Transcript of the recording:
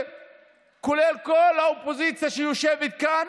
הוא אמר לראש המוסד דאז יצחק חופי,